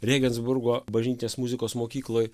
regensburgo bažnytinės muzikos mokykloj